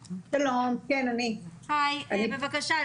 בבקשה.